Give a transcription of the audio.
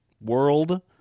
world